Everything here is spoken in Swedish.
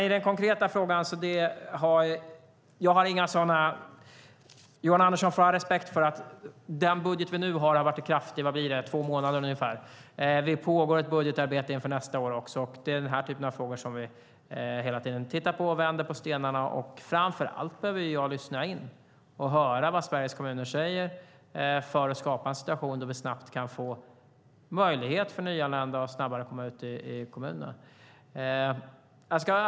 I den konkreta frågan får Johan Andersson ha respekt för att nuvarande budget har varit i kraft i ungefär två månader. Det pågår ett budgetarbete inför nästa år också, och det är denna typ av frågor vi hela tiden tittar på. Vi vänder på stenarna. Framför allt behöver jag lyssna in och höra vad Sveriges kommuner säger för att vi ska skapa en situation då vi snabbt kan få möjlighet för nyanlända att snabbare komma ut i kommunerna.